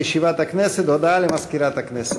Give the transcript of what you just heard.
הודעה למזכירת הכנסת.